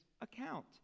account